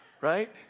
Right